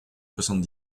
soixante